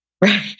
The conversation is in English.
Right